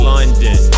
London